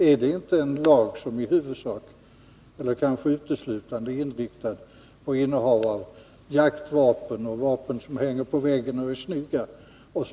Är det inte en lag som i huvudsak, eller kanske uteslutande, är inriktad på innehav av jaktvapen och vapen som hänger på väggen och är snygga o. d.?